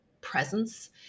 presence